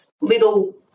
little